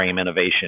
innovation